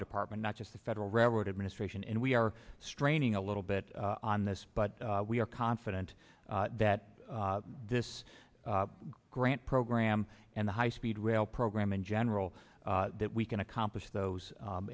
the department not just the federal railroad administration and we are straining a little bit on this but we are confident that this grant program and the high speed rail program in general that we can accomplish those